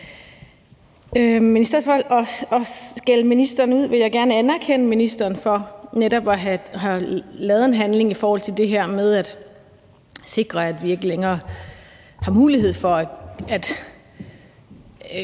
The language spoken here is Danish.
Men i stedet for at skælde ministeren ud vil jeg gerne anerkende ministeren for netop at have handlet i forhold til det her med at sikre, at vi ikke længere har mulighed for at